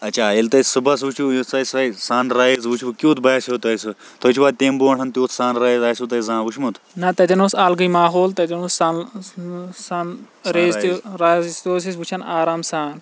نہ تَتٮ۪ن اوس اَلگٕے ماحول تَتٮ۪ن اوس سَن سَن ریز تہِ رَایِز تہِ ٲسۍ أسۍ وُچھان آرام سان